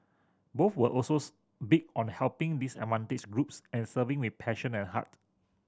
both were also big on helping disadvantaged groups and serving with passion and heart